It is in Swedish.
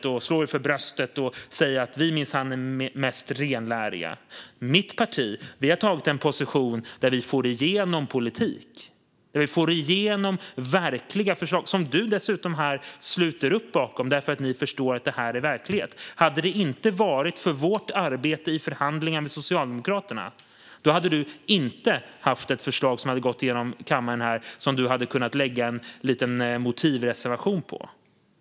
Ni har velat slå er för bröstet och säga att ni minsann är mest renläriga. Mitt parti har intagit en position där vi får igenom politik. Vi får igenom verkliga förslag, som ni dessutom sluter upp bakom eftersom ni förstår att detta är verklighet. Om det inte varit för vårt arbete i förhandlingarna med Socialdemokraterna hade du inte haft ett förslag som går igenom kammaren och som du kunnat lägga en liten motivreservation till.